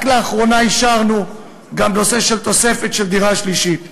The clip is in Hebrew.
רק לאחרונה אישרנו גם נושא של תוספת של דירה שלישית.